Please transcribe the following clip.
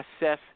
assess –